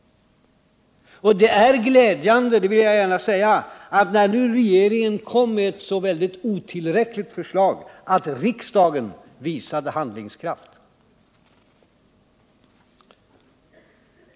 Och det är glädjande — det vill jag gärna säga — att riksdagen, när nu regeringen kom med ett så otillräckligt förslag, visade handlingskraft.